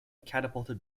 catapulted